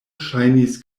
ŝajnis